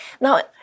now